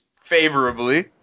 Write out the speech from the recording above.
favorably